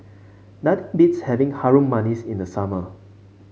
not beats having Harum Manis in the summer